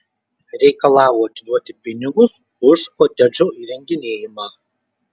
reikalavo atiduoti pinigus už kotedžo įrenginėjimą